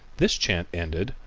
this chant ended,